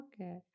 Okay